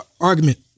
argument